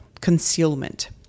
concealment